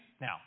Now